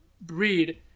breed